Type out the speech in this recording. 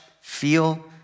feel